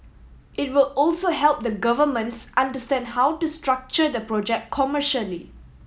it will also help the governments understand how to structure the project commercially